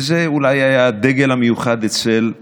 וזה היה אולי הדגל המיוחד אצל סעיד: